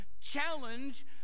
challenge